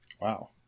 Wow